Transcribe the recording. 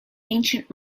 ancient